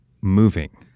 moving